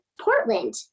Portland